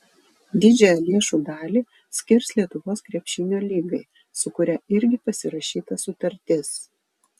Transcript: didžiąją lėšų dalį skirs lietuvos krepšinio lygai su kuria irgi pasirašyta sutartis